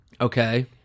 Okay